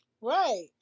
right